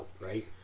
right